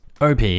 OP